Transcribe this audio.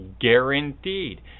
guaranteed